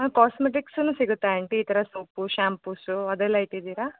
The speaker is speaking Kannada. ಕಾಸ್ಮೆಟಿಕ್ಸೂ ಸಿಗುತ್ತಾ ಆಂಟಿ ಈ ಥರ ಸೋಪು ಶಾಂಪುಸು ಅದೆಲ್ಲ ಇಟ್ಟಿದ್ದೀರಾ